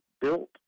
built